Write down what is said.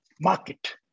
market